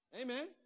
Amen